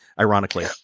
ironically